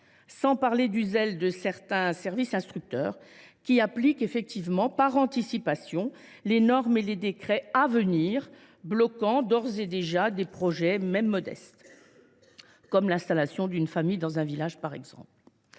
ne parle pas du zèle de certains services instructeurs, qui appliquent par anticipation les normes et décrets à venir, bloquant d’ores et déjà des projets, même modestes, l’installation d’une famille dans un village par exemple.